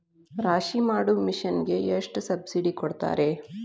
ರಾಶಿ ಮಾಡು ಮಿಷನ್ ಗೆ ಎಷ್ಟು ಸಬ್ಸಿಡಿ ಕೊಡ್ತಾರೆ?